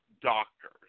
doctors